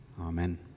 amen